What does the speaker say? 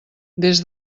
des